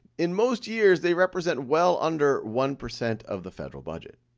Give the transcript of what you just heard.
in most years, they represent well under one percent of the federal budget.